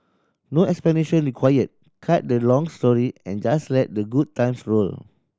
no explanation required cut the long story and just let the good times roll